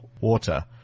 water